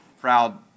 proud